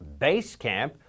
Basecamp